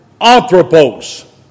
anthropos